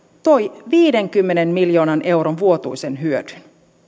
toi viidenkymmenen miljoonan euron vuotuisen hyödyn